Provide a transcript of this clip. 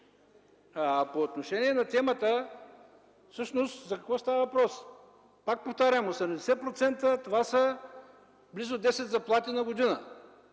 А по отношение на темата, всъщност за какво става въпрос? Пак повтарям, 80% това са близо 10 заплати на година.